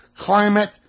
climate